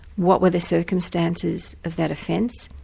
what were the circumstances of that offence?